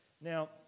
Now